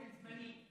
באופן זמני.